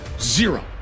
zero